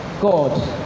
God